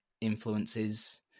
influences